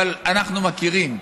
אבל אנחנו מכירים.